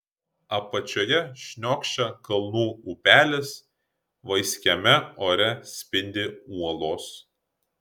apačioje šniokščia kalnų upelis vaiskiame ore spindi uolos